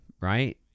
right